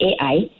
AI